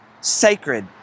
sacred